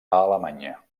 alemanya